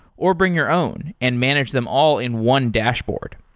or bring your own and manage them all in one dashboard.